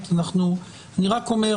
אני רק אומר,